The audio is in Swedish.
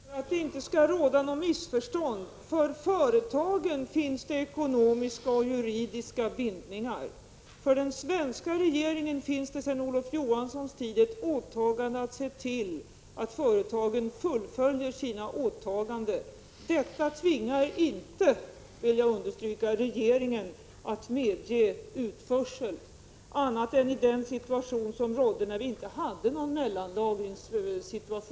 Herr talman! För att det inte skall råda något missförstånd vill jag säga följande. För företagen finns det ekonomiska och juridiska bindningar. För den svenska regeringen gäller sedan Olof Johanssons tid att man skall se till att företagen fullföljer sina åtaganden. Detta tvingar inte — det vill jag understryka — regeringen att medge utförsel, med undantag av den situation som rådde när vi inte hade någon mellanlagringsmöjlighet.